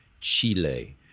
chile